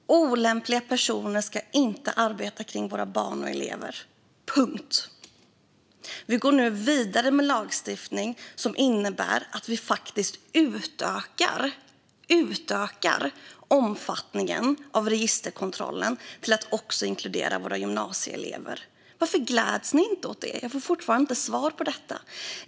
Fru talman! Olämpliga personer ska inte arbeta kring våra barn och elever - punkt. Vi går nu vidare med lagstiftning som innebär att vi faktiskt utökar omfattningen av registerkontrollen till att också inkludera våra gymnasieelever. Varför gläds ni inte åt det? Jag får fortfarande inte svar på detta.